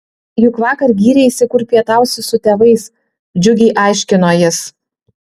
juk vakar gyreisi kur pietausi su tėvais džiugiai aiškino jis